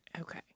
Okay